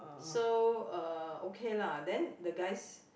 so uh okay lah then the guys